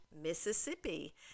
Mississippi